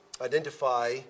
identify